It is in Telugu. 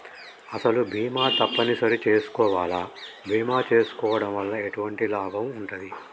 అసలు బీమా తప్పని సరి చేసుకోవాలా? బీమా చేసుకోవడం వల్ల ఎటువంటి లాభం ఉంటది?